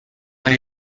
های